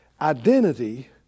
Identity